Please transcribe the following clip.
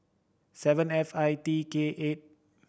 seven F I T K eight